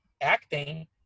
acting